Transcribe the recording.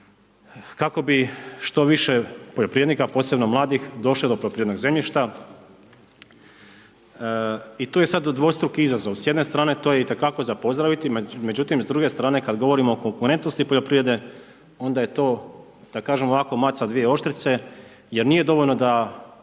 kako bi što više poljoprivrednika a posebno mladih došlo do poljoprivrednog zemljišta i tu je sada dvostruki izazov, s jedne strane to je itekako za pozdraviti, međutim, s druge strane kada govorimo o konkurentnosti poljoprivrede, onda je to, da kažem, ovako maca dvije oštrice, jer nije dovoljno da